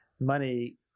money